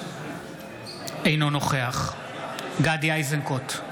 אינו נוכח גדי איזנקוט,